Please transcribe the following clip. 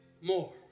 more